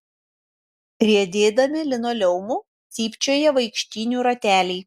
riedėdami linoleumu cypčioja vaikštynių rateliai